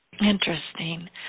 interesting